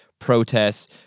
protests